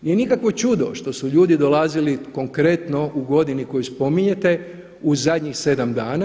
Nije nikakvo čudo što su ljudi dolazili konkretno u godini koju spominjete u zadnjih 7 dana.